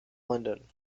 london